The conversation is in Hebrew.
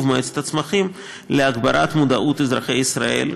מועצת הצמחים להגברת מודעות אזרחי ישראל,